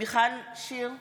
מיכל שיר סגמן,